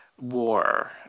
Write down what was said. war